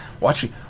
watching